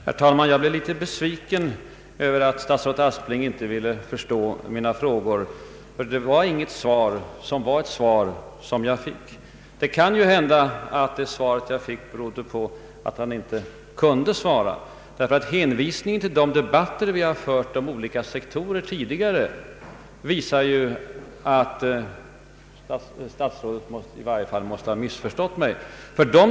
Herr talman! Jag blev litet besviken över att statsrådet Aspling tydligen inte ville förstå mina frågor. Det svar jag fick var nämligen inte något riktigt svar. Det kan också hända att det berodde på att han inte kunde svara. Hänvisningen till de debatter vi tidigare har fört om olika sektorer inom läkemedelsförsörjningen visar ju att statsrådet i varje fall måste ha missförstått mig.